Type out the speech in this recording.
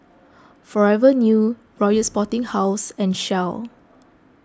Forever New Royal Sporting House and Shell